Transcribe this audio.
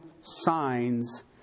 signs